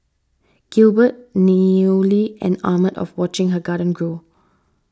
Gilbert newly enamoured of watching her garden grow